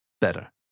Better